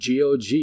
GOG